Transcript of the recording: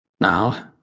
Now